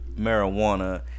marijuana